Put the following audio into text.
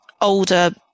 older